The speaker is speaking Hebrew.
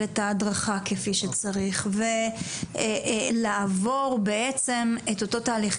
את ההדרכה כפי שצריך ולעבור בעצם את אותו תהליך?